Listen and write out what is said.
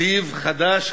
תקציב חדש,